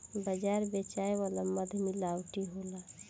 बाजार बेचाए वाला मध मिलावटी होला